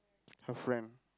her friend